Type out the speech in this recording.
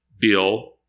Bill